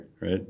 right